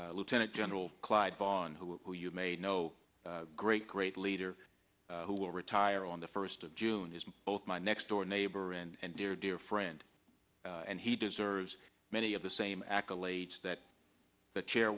again lieutenant general clyde boss who you may know great great leader who will retire on the first of june is both my next door neighbor and dear dear friend and he deserves many of the same accolades that the chair